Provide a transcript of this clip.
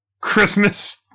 Christmas